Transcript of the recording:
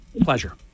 Pleasure